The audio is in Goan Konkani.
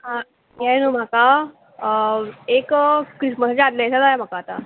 आ ये न्हू म्हाका एक क्रिस्मसाचे आदले आसा जाय म्हाका आतां